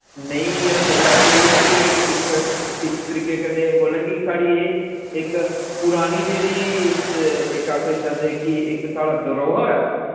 नेईं रक्खे दा ऐ ते एह् ऐ कि एह् इक इक तरीके कन्नै बोलो कि साढ़ी एह् इक पुरानी जेह्ड़ी इक आक्खी सकदे कि इक साढ़ा दरोहर ऐ